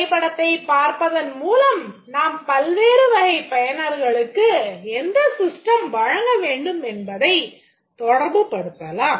வரைபடத்தைப் பார்ப்பதன் மூலம் நாம் பல்வேறு வகைப் பயனர்களுக்கு எந்த system வழங்க வேண்டும் என்பதைத் தொடர்பு படுத்தலாம்